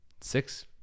six